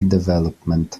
development